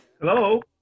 Hello